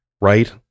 right